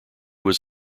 was